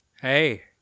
Hey